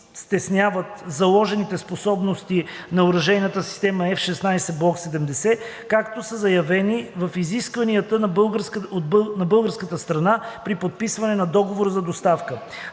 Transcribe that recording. стесняват заложените способности на оръжейната система F-16 Block 70, както са заявени в изискванията на българската страна при подписване на договора за доставка.